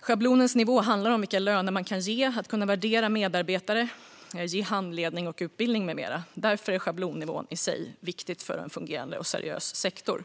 Schablonens nivå handlar om vilka löner man kan ge och att kunna värdera medarbetare, ge handledning och utbildning med mera. Därför är schablonnivån i sig viktig för en väl fungerande och seriös sektor.